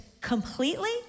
completely